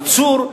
הייצור,